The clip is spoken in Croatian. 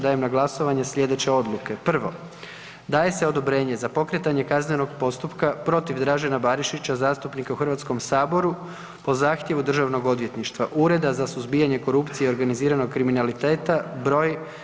Dajem na glasovanje sljedeće odluke: 1. Daje se odobrenje za pokretanje kaznenog postupka protiv Dražena Barišića zastupnika u HS-u po zahtjevu Državnog odvjetništva, Ureda za suzbijanje korupcije i organiziranog kriminaliteta br.